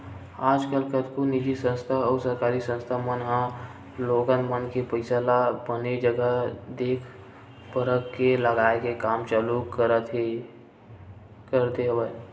आजकल कतको निजी संस्था अउ सरकारी संस्था मन ह लोगन मन के पइसा ल बने जघा देख परख के लगाए के काम चालू कर दे हवय